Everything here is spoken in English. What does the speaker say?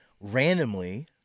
randomly